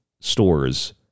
stores